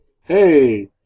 Hey